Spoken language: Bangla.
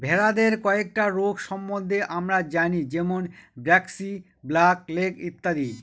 ভেড়াদের কয়েকটা রোগ সম্বন্ধে আমরা জানি যেমন ব্র্যাক্সি, ব্ল্যাক লেগ ইত্যাদি